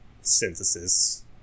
synthesis